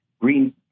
green